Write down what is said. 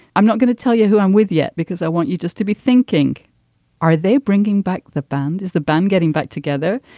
i'm not going to tell you who i'm with yet because i want you just to be thinking are they bringing back the band is the band getting back together.